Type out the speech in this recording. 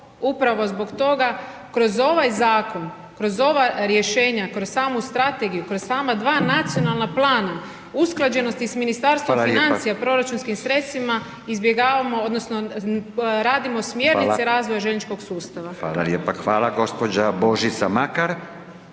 upravo zbog toga, kroz ovaj zakon, kroz ova rješenja, kroz samu strategiju, kroz sama 2 nacionalna plana usklađenosti s Ministarstvom financija, proračunskim sredstvima, izbjegavamo, odnosno, radimo smjernice razvoja željezničkog sustava. **Radin, Furio (Nezavisni)** Hvala,